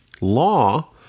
law